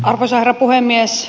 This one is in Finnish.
arvoisa herra puhemies